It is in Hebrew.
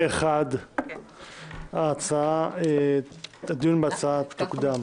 פה אחד הוחלט שהדיון בהצעה יוקדם.